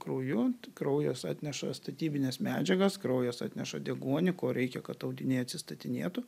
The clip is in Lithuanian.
krauju kraujas atneša statybines medžiagas kraujas atneša deguonį ko reikia kad audiniai atsistatinėtų